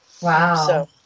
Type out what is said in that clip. Wow